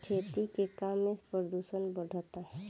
खेती के काम में प्रदूषण बढ़ता